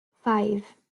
five